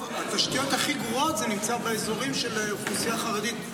התשתיות הכי גרועות נמצאות באזורים של אוכלוסייה חרדית.